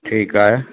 ठीकु आहे